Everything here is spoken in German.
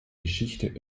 geschichte